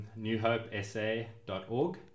newhopesa.org